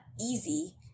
easy